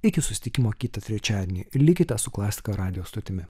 iki susitikimo kitą trečiadienį likite su klasika radijo stotimi